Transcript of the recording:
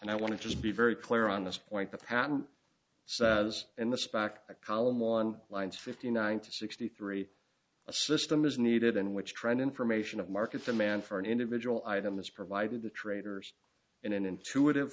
and i want to just be very clear on this point the patent says in the spec a column on lines fifty nine to sixty three a system is needed in which trend information of market demand for an individual item is provided the traders in an intuitive